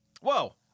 Whoa